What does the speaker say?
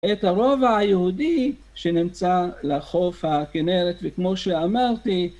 את הרוב היהודי שנמצא לחוף הכנרת, וכמו שאמרתי